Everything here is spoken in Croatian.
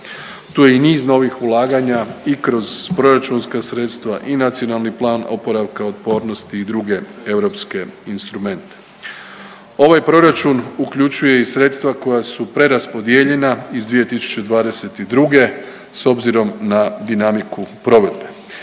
Tu je i niz novih ulaganja i kroz proračunska sredstva i Nacionalni plan oporavka, otpornosti i druge europske instrumente. Ovaj proračun uključuje i sredstva koja su preraspodijeljena iz 2022. s obzirom na dinamiku provedbe.